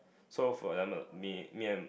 so for example me me and